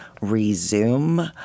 resume